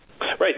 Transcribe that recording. Right